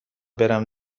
برم